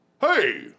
Hey